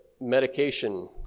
Medication